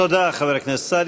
תודה, חבר הכנסת סעדי.